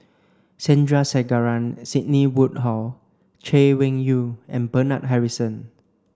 Sandrasegaran Sidney Woodhull Chay Weng Yew and Bernard Harrison